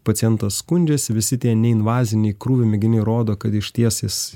pacientas skundžiasi visi tie neinvaziniai krūvio mėginiai rodo kad išties jis